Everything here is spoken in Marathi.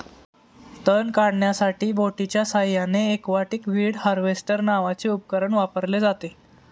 तण काढण्यासाठी बोटीच्या साहाय्याने एक्वाटिक वीड हार्वेस्टर नावाचे उपकरण वापरले जाते